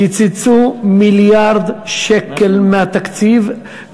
קיצצו מיליארד שקל מהתקציב,